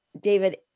David